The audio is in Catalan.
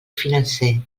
financer